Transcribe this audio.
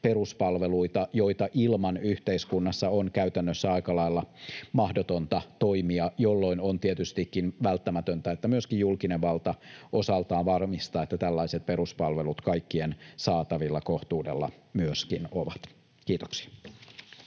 peruspalveluita, joita ilman yhteiskunnassa on käytännössä aika lailla mahdotonta toimia, jolloin on tietystikin välttämätöntä, että myöskin julkinen valta osaltaan varmistaa, että tällaiset peruspalvelut myöskin ovat kohtuudella kaikkien saatavilla. — Kiitoksia.